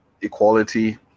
equality